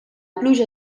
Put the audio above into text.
pluja